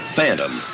Phantom